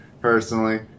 personally